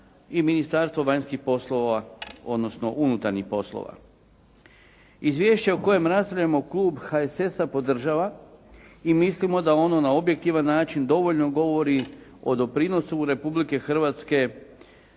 i Ministarstvo vanjskih poslova odnosno unutarnjih poslova. Izvješće o kojem raspravljamo klub HSS-a podržava i mislimo da ono na objektivan način dovoljno govori o doprinosu Republike Hrvatske